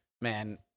Man